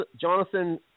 Jonathan